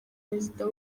perezida